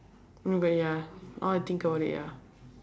okay ya now I think about it ya